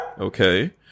Okay